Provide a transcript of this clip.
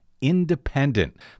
independent